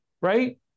right